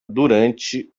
durante